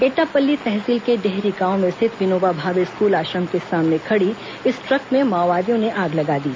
एटापल्ली तहसील के डेहरी गांव में स्थित विनोबा भावे स्कूल आश्रम के सामने खड़ी इस ट्रक में माओवादियों ने आग लगा दी